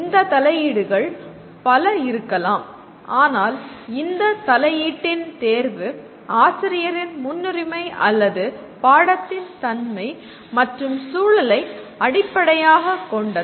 இந்த தலையீடுகள் பல இருக்கலாம் ஆனால் இந்த தலையீட்டின் தேர்வு ஆசிரியரின் முன்னுரிமை அல்லது பாடத்தின் தன்மை மற்றும் சூழலை அடிப்படையாகக் கொண்டது